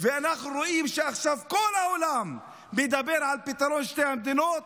ואנחנו רואים שעכשיו כל העולם מדבר על פתרון שתי המדינות,